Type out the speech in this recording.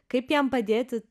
kaip jam padėti